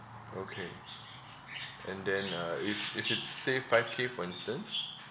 okay and then uh if if it's say five K for instance